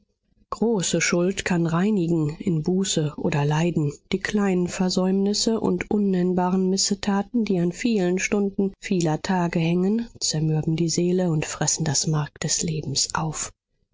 große schuld kann reinigen in buße oder leiden die kleinen versäumnisse und unnennbaren missetaten die an vielen stunden vieler tage hängen zermürben die seele und fressen das mark des lebens auf